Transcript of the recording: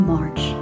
March